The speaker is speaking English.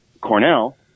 Cornell